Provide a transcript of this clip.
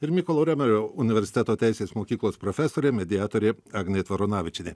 ir mykolo romerio universiteto teisės mokyklos profesorė mediatorė agnė tvaronavičienė